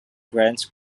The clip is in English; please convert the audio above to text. grant